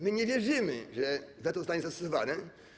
My nie wierzymy, że weto zostanie zastosowane.